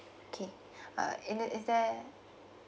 okay uh is th~ is there